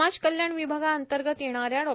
समाज कल्याण विभागांतर्गत येणाऱ्या डॉ